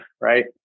right